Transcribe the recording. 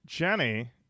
Jenny